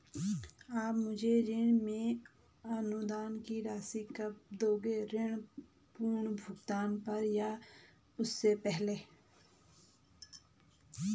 आप मुझे ऋण में अनुदान की राशि कब दोगे ऋण पूर्ण भुगतान पर या उससे पहले?